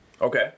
Okay